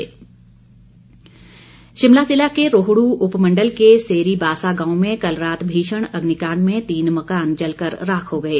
अग्निकांड शिमला जिला के रोहड् उपमण्डल के सेरीबासा गांव में कल रात भीषण अग्निकांड में तीन मकान जलकर राख हो गए